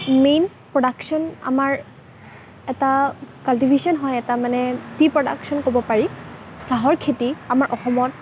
main production আমাৰ এটা cultivation হয় এটা মানে টি প্ৰডাকচন ক'ব পাৰি চাহৰ খেতি আমাৰ অসমত